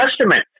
Testament